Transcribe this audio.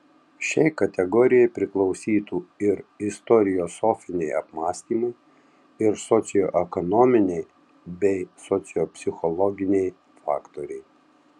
šiai kategorijai priklausytų ir istoriosofiniai apmąstymai ir socioekonominiai bei sociopsichologiniai faktoriai